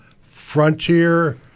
Frontier